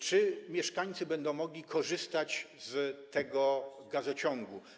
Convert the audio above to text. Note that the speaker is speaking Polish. Czy mieszkańcy będą mogli korzystać z tego gazociągu?